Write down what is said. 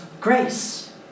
grace